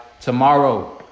tomorrow